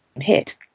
hit